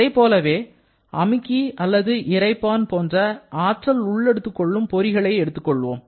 அதைப்போலவே அமுக்கி அல்லது இறைப்பான் போன்ற ஆற்றல் உள்ளெடுத்துக் கொள்ளும் பொறிகளை எடுத்துக்கொள்வோம்